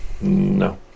No